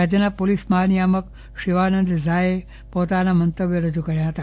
રાજ્યના પોલીસ મહાનિયામક શિવાનંદ ઝાએ પોતાના મંતવ્યો રજુ કર્યા હતા